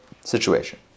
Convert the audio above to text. situation